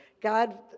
God